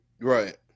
Right